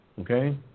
Okay